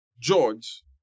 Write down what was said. George